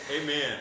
Amen